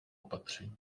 opatření